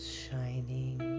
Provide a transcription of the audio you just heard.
shining